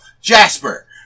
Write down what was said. Jasper